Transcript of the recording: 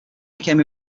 became